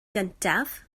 gyntaf